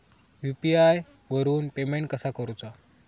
UPI वरून payment कसा करूचा?